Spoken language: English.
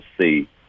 see